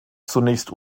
zunächst